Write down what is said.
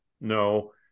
no